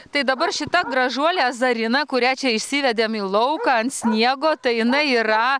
tai dabar šita gražuolė azarina kurią čia išsivedėm į lauką ant sniego tai jinai yra